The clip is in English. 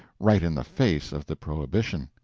right in the face of the prohibition.